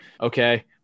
Okay